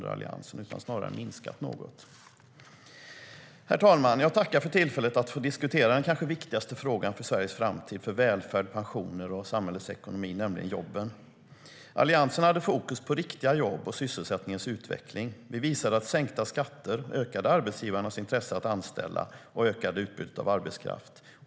Jag tackar för tillfället att få diskutera den kanske viktigaste frågan för Sveriges framtid, för välfärd, pensioner och samhällets ekonomi, nämligen jobben. Alliansen hade fokus på riktiga jobb och sysselsättningens utveckling.